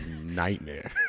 nightmare